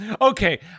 okay